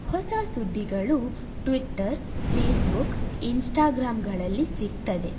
ಹೊಸ ಸುದ್ದಿಗಳು Twitter Facebook ಇನ್ಸ್ಟಾಗ್ರಾಮ್ಗಳಲ್ಲಿ ಸಿಗ್ತದೆ